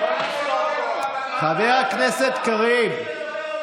חבר הכנסת קריב, תודה.